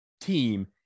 team